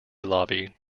lobby